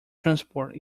transport